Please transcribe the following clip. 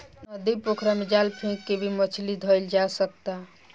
नदी, पोखरा में जाल फेक के भी मछली धइल जा सकता